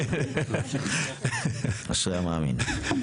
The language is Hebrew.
אשרי המאמין.